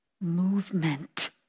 movement